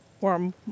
warm